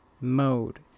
mode